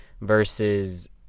versus